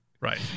right